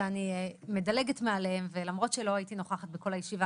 שאני מדלגת מעליהם למרות שלא הייתי נוכחת בכל הישיבה,